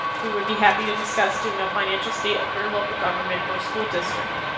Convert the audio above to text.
we would be happy to discuss doing a financial state of your local government or school district.